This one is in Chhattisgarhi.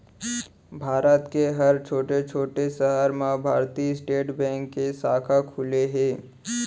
भारत के हर छोटे छोटे सहर म भारतीय स्टेट बेंक के साखा खुले हे